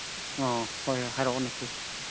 ꯑꯣ ꯍꯣꯏ ꯍꯥꯏꯔꯛꯑꯣ ꯅꯁꯤꯔ